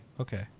Okay